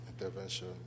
intervention